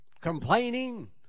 complaining